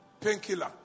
Painkiller